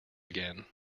again